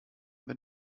wenn